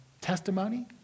testimony